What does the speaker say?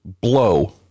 blow